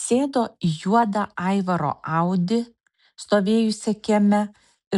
sėdo į juodą aivaro audi stovėjusią kieme